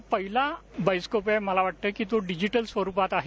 हा पहिला बायोस्कोप आहे मला वाटतं की तो डिजिटल स्वरूपात आहे